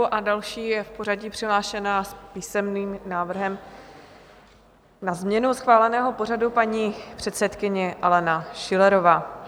A další je v pořadí přihlášená písemným návrhem na změnu schváleného pořadu paní předsedkyně Alena Schillerová.